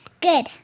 Good